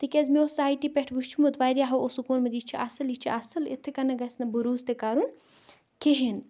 تٕکیازٕ مےٚ اوس سایٹہِ پٮ۪ٹھ وٕچھمُت واریاہو اوسُک وونمُت یہِ چھُ اصل یہِ چھُ اصل اِتھے کَنا گَژھنہٕ بروسہ تہِ کَرُن کِہیٖنۍ